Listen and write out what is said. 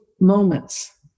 moments